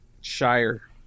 Shire